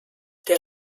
der